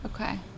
okay